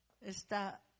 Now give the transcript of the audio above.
está